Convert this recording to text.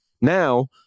Now